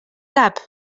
cap